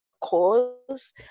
cause